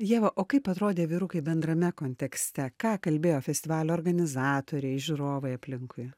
ieva o kaip atrodė vyrukai bendrame kontekste ką kalbėjo festivalio organizatoriai žiūrovai aplinkui